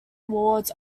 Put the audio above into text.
awards